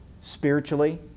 spiritually